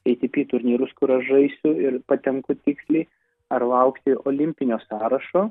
i ti pi turnyrus kur aš žaisiu ir patenku tiksliai ar laukti olimpinio sąrašo